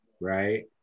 right